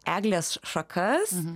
eglės šakas